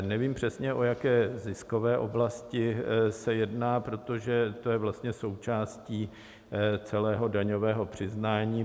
Nevím přesně, o jaké ziskové oblasti se jedná, protože to je vlastně součástí celého daňového přiznání.